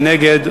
מי נגד?